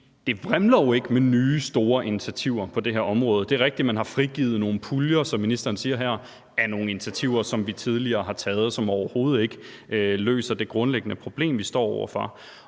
det vrimler jo ikke med nye store initiativer på det her område. Det er rigtigt, at man har frigivet nogle puljer, som ministeren siger her, og at der er nogle initiativer, som vi tidligere har taget, men som overhovedet ikke løser det grundlæggende problem, vi står over for.